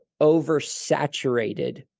oversaturated